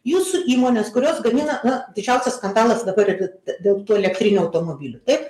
jūsų įmonės kurios gamina na didžiausias skandalas dabar yra d dėl tų elektrinių automobilių taip